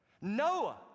Noah